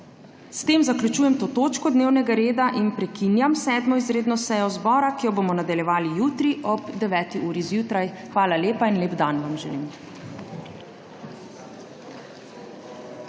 S tem zaključujem to točko dnevnega reda in prekinjam 7. izredno sejo zbora, ki jo bomo nadaljevali jutri ob 9. uri zjutraj. Hvala lepa in lep dan vam želim!